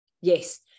Yes